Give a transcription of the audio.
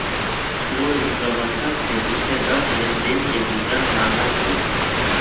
रोहित प्रबंधक से पिछले दस लेनदेन के विवरण मांगल कई